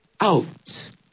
out